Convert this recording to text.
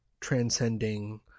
transcending